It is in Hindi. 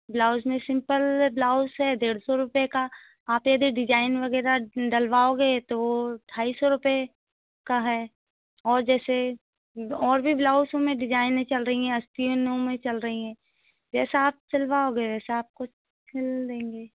ब्लाउज में सिंपल ब्लाउज है डेढ़ सौ रुपए का आप यदि डिजाइन वगैरह डलवाओगे तो वो ढाई सौ रुपए का है और जैसे और भी ब्लाउज़ों में डिजाइनें चल रही हैं अस्तियनों में चल रही हैं जैसा आप सिलवाओगे वैसा आपको सिल देंगे